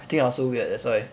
I think I also weird that's why